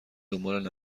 دنبال